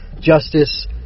justice